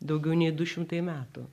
daugiau nei du šimtai metų